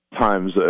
times